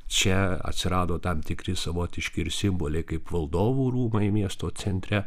čia atsirado tam tikri savotiški ir simboliai kaip valdovų rūmai miesto centre